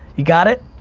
you got it?